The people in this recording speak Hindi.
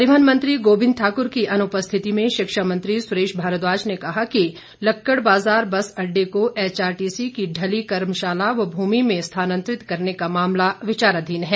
परिवहन मंत्री गोबिंद ठाकुर की अनुपस्थिति में शिक्षा मंत्री सुरेश भारद्वाज ने कहा कि लक्कड़ बाजार बस अड्डे को एचआरटीसी की ढली कर्मशाला व भूमि में स्थानांतरित करने का मामला विचाराधीन है